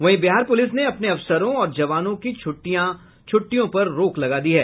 वहीं बिहार पुलिस ने अपने अफसरों और जवानों की छुट्टियों पर रोक लगा दी है